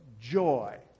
joy